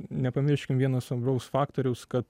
nepamirškim vieno svarbaus faktoriaus kad